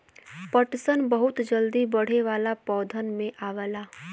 पटसन बहुत जल्दी बढ़े वाला पौधन में आवला